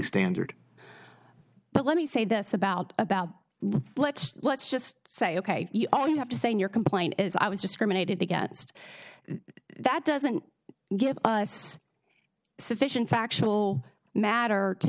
standard but let me say this about about let's let's just say ok you know you have to say in your complaint is i was discriminated against that doesn't give us sufficient factual matter to